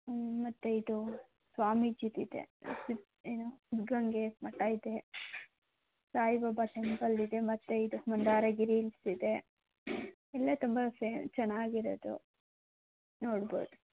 ಹ್ಞೂ ಮತ್ತೆ ಇದು ಸ್ವಾಮೀಜಿದು ಇದೆ ಸಿದ್ದ ಏನೋ ಸಿದ್ಧಗಂಗೆ ಮಠ ಇದೆ ಸಾಯಿ ಬಾಬಾ ಟೆಂಪಲ್ ಇದೆ ಮತ್ತೆ ಇದು ಮಂದಾರಗಿರಿ ಹಿಲ್ಸ್ ಇದೆ ಎಲ್ಲ ತುಂಬಾ ಫೆ ಚೆನ್ನಾಗಿ ಇರೋದು ನೋಡ್ಬೌದು